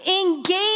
engage